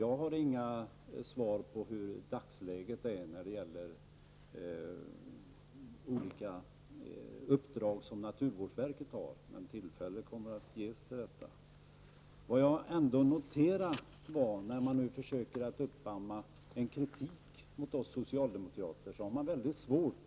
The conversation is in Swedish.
Jag kan inte svara på vilket dagsläget är när det gäller olika uppdrag som naturvårdsverket har. Men tillfälle att få svar på de frågorna kommer alltså att ges. Jag noterade att man, när man nu försöker uppamma en kritik mot oss socialdemokrater, har mycket svårt